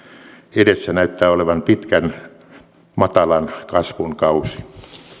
edessä näyttää olevan pitkä matalan kasvun kausi